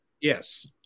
Yes